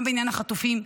גם בעניין החטופים,